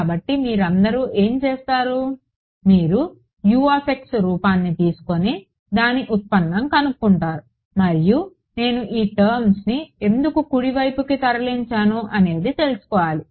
కాబట్టి మీరందరూ ఏమి చేస్తారు మీరు రూపాన్ని తీసుకొని దాని ఉత్పన్నం కనుక్కుంటున్నారు మరియు నేను ఈ టర్మ్ని ఎందుకు కుడి వైపుకు తరలించాను అనేది తెలుసుకోవాలి